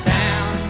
town